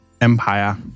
Empire